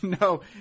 No